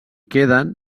queden